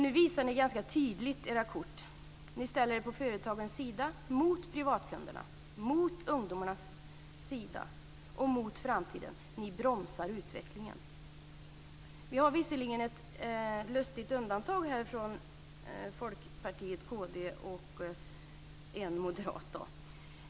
Nu visar ni ganska tydligt era kort. Ni ställer er på företagens sida mot privatkunderna, mot ungdomarna och mot framtiden. Ni bromsar utvecklingen. Vi har ett lustigt undantag från Folkpartiet, kd och en moderat.